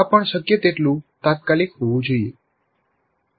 આ પણ શક્ય તેટલું તાત્કાલિક હોવું જોઈએ